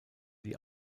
die